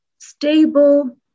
stable